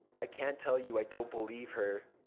i can't tell you i don't believe her.